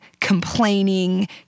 complaining